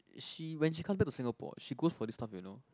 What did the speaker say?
she when she come back to Singapore she goes for this stuff you know